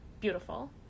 Beautiful